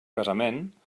casament